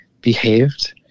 behaved